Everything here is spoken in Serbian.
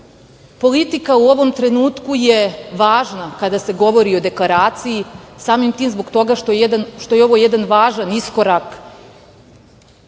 politika u ovom trenutku je važna kada se govori o deklaraciji, samim tim zbog toga što je ovo jedan važan iskorak,